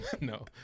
no